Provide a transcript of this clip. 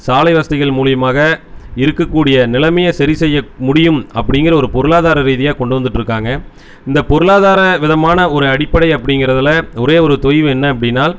சாலை வசதிகள் மூலியமாக இருக்கக்கூடிய நிலைமையை சரி செய்ய முடியும் அப்படிங்கிற ஒரு பொருளாதார ரீதியாக கொண்டு வந்துட்டிருக்காங்க இந்த பொருளாதார விதமான ஒரு அடிப்படை அப்படிங்கிறதுல ஒரே ஒரு தொய்வு என்ன அப்படினா